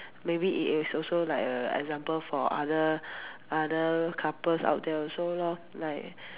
maybe it is also like a example for other other couples out there also lor like